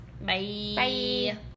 Bye